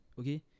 okay